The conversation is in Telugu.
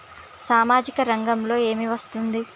సామాజిక రంగంలో ఏమి వస్తుంది?